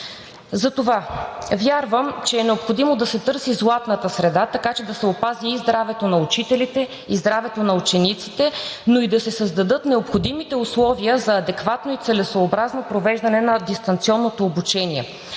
Затова вярвам, че е необходимо да се търси златната среда. Да се опази и здравето на учителите, и здравето на учениците, но и да се създадат необходимите условия за адекватно и целесъобразно провеждане на дистанционното обучение